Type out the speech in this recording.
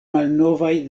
malnovaj